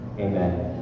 Amen